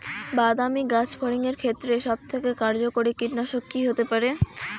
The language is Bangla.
বাদামী গাছফড়িঙের ক্ষেত্রে সবথেকে কার্যকরী কীটনাশক কি হতে পারে?